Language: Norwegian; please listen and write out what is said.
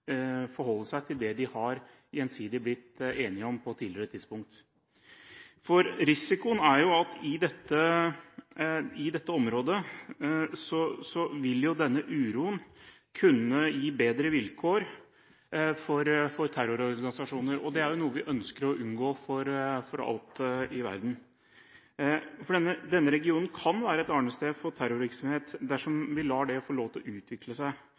forholde seg til det de har blitt gjensidig enige om på et tidligere tidspunkt. Risikoen er at i dette området vil denne uroen kunne gi bedre vilkår for terrororganisasjoner, og det er noe vi ønsker å unngå for alt i verden. Denne regionen kan være et arnested for terrorvirksomhet dersom vi lar det få lov til å utvikle seg,